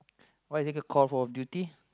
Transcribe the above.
why is it Call-of-Duty